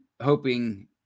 hoping